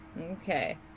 Okay